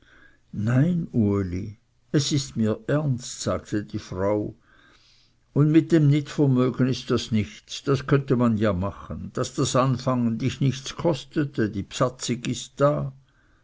nein uli es ist mir ernst sagte die frau und mit dem nitvrmögen ist das nichts das könnte man ja machen daß das anfangen dich nichts kostete die bsatzig ist da